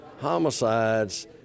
homicides